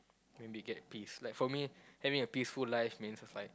maybe get peace like for me having a peaceful life means like